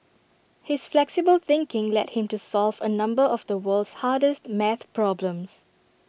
his flexible thinking led him to solve A number of the world's hardest math problems